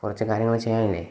കുറച്ച് കാര്യങ്ങള് ചെയ്യാനില്ലേ